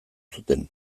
zuten